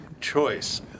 choice